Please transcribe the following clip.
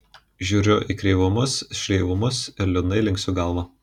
žiūriu į kreivumus šleivumus ir liūdnai linksiu galvą